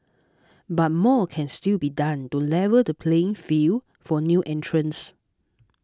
but more can still be done to level the playing field for new entrants